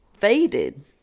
faded